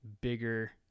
bigger